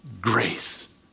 grace